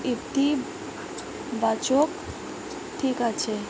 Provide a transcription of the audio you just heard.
ইতিবাচক দিক আছে